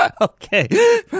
Okay